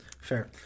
fair